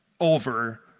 over